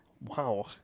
Wow